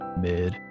Mid